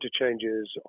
interchanges